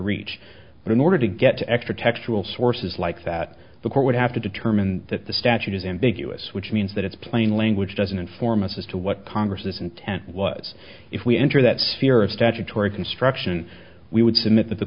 reach but in order to get to extra textual sources like that the court would have to determine that the statute is ambiguous which means that it's plain language doesn't inform us as to what congress is intent was if we enter that sphere of statutory construction we would submit that the